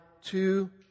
two